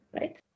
Right